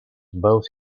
both